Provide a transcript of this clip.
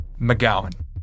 McGowan